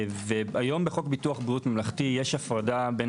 והיום בחוק ביטוח בריאות ממלכתי יש הפרדה בין